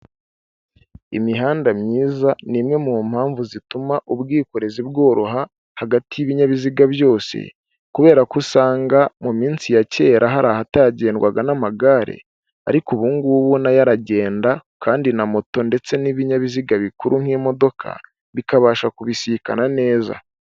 Imihanda myiza ni imwe mu mpamvu zituma ubwikorezi bworoha hagati y'ibinyabiziga byose kubera ko usanga mu minsi ya kera hari ahatagendwaga n'amagare ariko ubungubu nayo aragenda kandi na moto ndetse n'ibinyabiziga bikuru nk'imodoka bikabasha kubisikana neza.